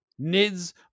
Nids